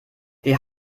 die